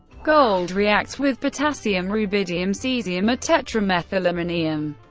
gold reacts with potassium, rubidium, caesium, or tetramethylammonium,